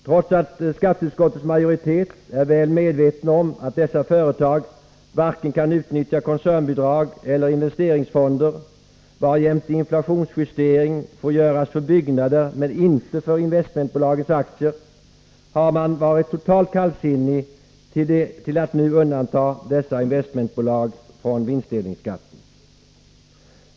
Trots att skatteutskottets majoritet är väl medveten om att dessa företag varken kan utnyttja koncernbidrag eller investeringsfonder, varjämte inflationsjustering får göras för byggnader men inte för investmentbolagets aktier, har man varit totalt kallsinnig till att nu undanta dessa investmentbolag från vinstdelningsskatten.